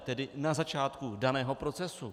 Tedy na začátku daného procesu.